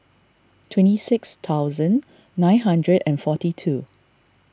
twenty six thousand nine hundred and forty two